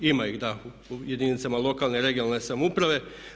Ima ih u jedinicama lokalne i regionalne samouprave.